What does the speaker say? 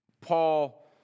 Paul